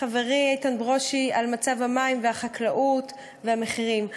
חברי איתן ברושי על מצב המים, החקלאות והמחירים.